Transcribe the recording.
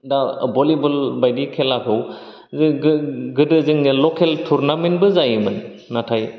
दा बलिबल बायदि खेलाखौ ओ गो गो गोदो जोंनिया लकेल टुरनामेन्ट बो जायोमोन नाथाय